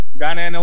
Ghana